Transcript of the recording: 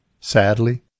Sadly